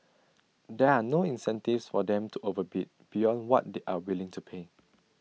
there are no incentives for them to overbid beyond what they are willing to pay